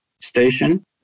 station